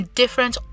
different